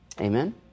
Amen